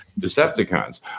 Decepticons